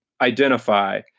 identify